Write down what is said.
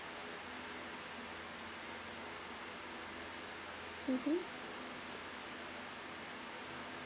mmhmm